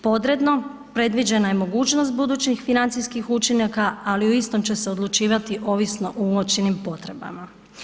Podredno, predviđena je mogućnost budućih financijskih učinaka ali o istom će se odlučivati ovisno uočenim potrebama.